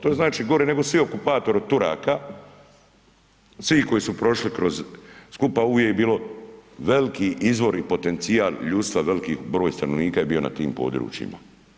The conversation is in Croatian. To znači gore nego svi okupatori od Turaka, svih koji su prošli kroz skupa uvijek je bilo veliki izvor i potencijal ljudstva, veliki broj stanovnika je bio na tim područjima.